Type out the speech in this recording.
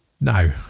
no